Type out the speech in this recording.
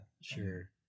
sure